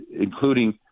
including